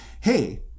Hey